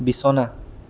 বিছনা